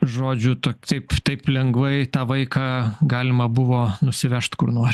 žodžiu tok taip taip lengvai tą vaiką galima buvo nusivežt kur nori